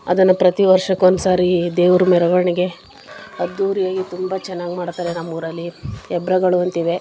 ಅದನ್ನು ಪ್ರತಿ ವರ್ಷಕ್ಕೆ ಒಂದು ಸಾರಿ ದೇವ್ರ ಮೆರವಣಿಗೆ ಅದ್ದೂರಿಯಾಗಿ ತುಂಬ ಚೆನ್ನಾಗಿ ಮಾಡ್ತಾರೆ ನಮ್ಮ ಊರಲ್ಲಿ ಎಬ್ರಗಳು ಅಂತಿವೆ